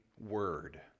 word